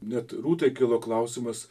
net rūtai kilo klausimas